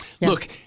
Look